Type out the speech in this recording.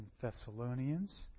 Thessalonians